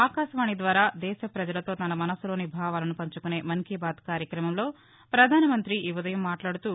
ఆకాశవాణి ద్వారా దేశ ప్రజలతో తన మనసులోని భావాలను పంచుకునే మన్కీబాత్ కార్యక్రమంలో ప్రధానమంతి ఈ ఉదయం మాట్లాడుతూ